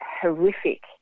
horrific